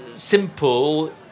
Simple